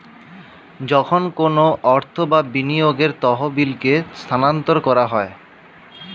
যখন কোনো অর্থ বা বিনিয়োগের তহবিলকে স্থানান্তর করা হয়